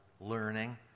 learning